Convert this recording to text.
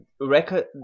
record